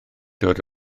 dod